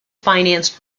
financed